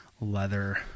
leather